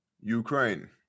Ukraine